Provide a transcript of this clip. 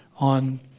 on